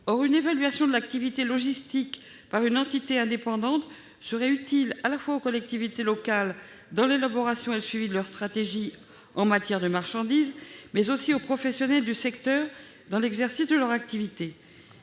Or une évaluation de l'activité logistique par une entité indépendante serait utile aux collectivités locales dans l'élaboration et le suivi de leurs stratégies en matière de marchandises et aux professionnels du secteur dans l'exercice de leur activité.